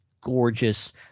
gorgeous